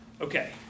okay